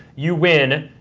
you win,